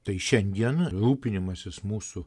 tai šiandien rūpinimasis mūsų